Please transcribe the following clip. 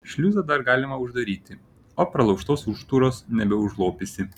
šliuzą dar galima uždaryti o pralaužtos užtūros nebeužlopysi